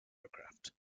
aircraft